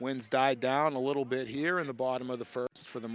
winds died down a little bit here in the bottom of the first for the